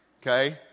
okay